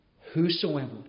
whosoever